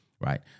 right